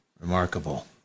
Remarkable